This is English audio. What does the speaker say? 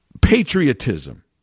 patriotism